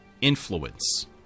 influence